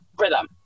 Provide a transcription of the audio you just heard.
rhythm